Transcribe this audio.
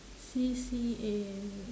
C_C_A